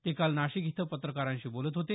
ते काल नाशिक इथं पत्रकारांशी बोलत होते